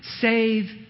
save